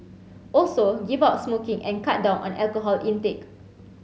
also give up smoking and cut down on alcohol intake